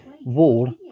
wall